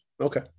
Okay